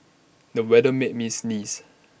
the weather made me sneeze